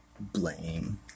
Blame